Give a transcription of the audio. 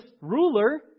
ruler